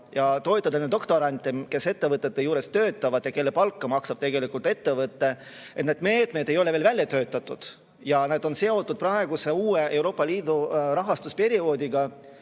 ja toetada neid doktorante, kes ettevõtete juures töötavad ja kellele palka maksab ettevõte, ei ole veel välja töötatud ja need on seotud praeguse uue Euroopa Liidu rahastusperioodiga,